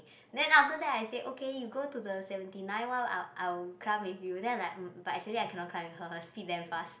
then after that I said okay you go to the seventy nine one I'll I'll climb with you then like but actually I cannot climb with her her speed damn fast